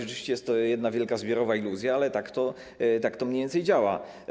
Oczywiście jest to jedna wielka zbiorowa iluzja, ale tak to mniej więcej działa.